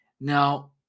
Now